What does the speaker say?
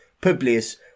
Publius